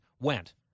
went